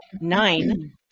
nine